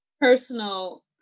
personal